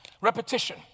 Repetition